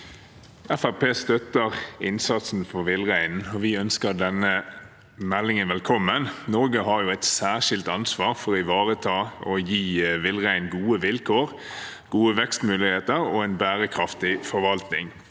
støtter innsatsen for villreinen, og vi ønsker denne meldingen velkommen. Norge har et særskilt ansvar for å ivareta og gi villreinen gode vilkår, gode vekstmuligheter og en bærekraftig forvaltning.